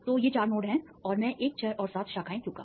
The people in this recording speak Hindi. तो ये चार नोड हैं और मैं 1 6 और 7 शाखाएं लूंगा